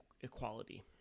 equality